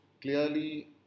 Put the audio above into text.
clearly